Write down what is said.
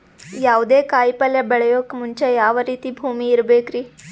ಯಾವುದೇ ಕಾಯಿ ಪಲ್ಯ ಬೆಳೆಯೋಕ್ ಮುಂಚೆ ಯಾವ ರೀತಿ ಭೂಮಿ ಇರಬೇಕ್ರಿ?